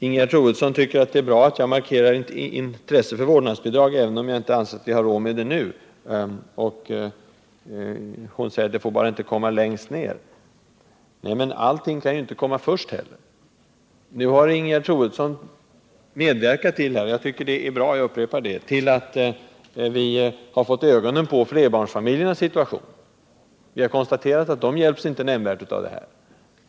Ingegerd Troedsson tycker att det är bra att jag markerar ett intresse för vårdnadsbidrag, även om jag inte anser att vi har råd med det nu, och hon säger att det bara inte får komma längst ned. Nej, men allting kan ju inte heller komma först. Nu har Ingegerd Troedsson medverkat — och jag upprepar att jag tycker att det är bra — till att vi har fått ögonen på flerbarnsfamiljernas situation. Vi har konstaterat att de inte hjälps nämnvärt av förslag om vårdnadsbidrag.